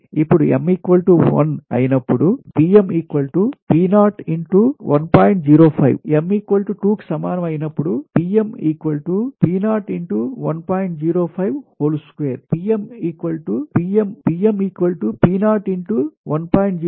ఇప్పుడు m 1 ఐనపుడు m 2 కి సమానంగా ఐనపుడు